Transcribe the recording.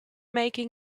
making